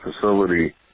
facility